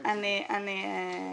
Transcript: טוב, אני, אני --- בסדר.